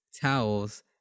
towels